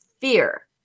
fear